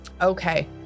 Okay